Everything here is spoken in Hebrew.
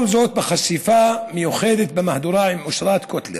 כל זאת, מחשיפה מיוחדת במהדורה עם אושרת קוטלר.